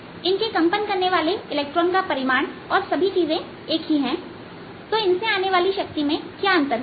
इनके कंपन करने वाले इलेक्ट्रॉन का परिमाण और सभी चीजें समान हैं तो इनसे आने वाली शक्ति में क्या अंतर होगा